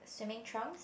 swimming trunks